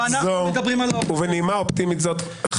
בנימה אופטימית זו,